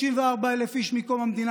34,000 מקום המדינה,